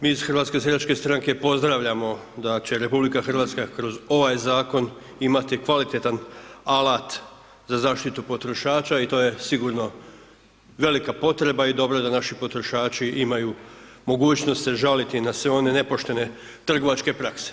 Mi iz HSS-a pozdravljamo da će RH kroz ovaj zakon imati kvalitetan alat za zaštitu potrošača i to je sigurno velika potreba i dobro da naši potrošači imaju mogućnost se žaliti na sve one nepoštene trgovačke prakse.